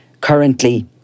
Currently